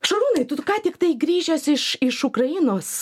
šarūnai tu tu ką tiktai grįžęs iš iš ukrainos